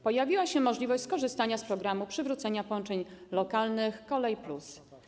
Pojawiła się możliwość skorzystania z programu przywrócenia połączeń lokalnych ˝Kolej+˝